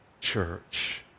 church